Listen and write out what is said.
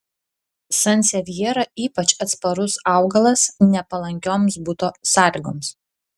sansevjera ypač atsparus augalas nepalankioms buto sąlygoms